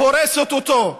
הורסת אותו.